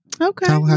Okay